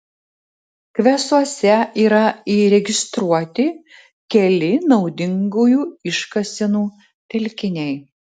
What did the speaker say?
kvesuose yra įregistruoti keli naudingųjų iškasenų telkiniai